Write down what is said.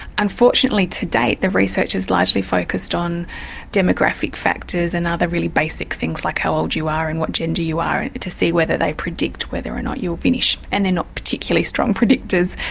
unfortunately to date the research has largely focussed on demographic factors and other really basic things like how old you are and what gender you are and to see whether they predict whether or not you'll finish, and they are not particularly strong predictors.